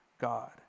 God